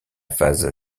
phase